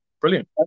Brilliant